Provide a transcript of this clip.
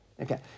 Okay